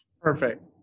Perfect